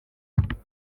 umudage